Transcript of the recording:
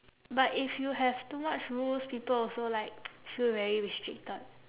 but if you have too much rules people also like feel very restricted